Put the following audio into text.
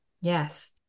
Yes